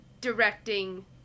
directing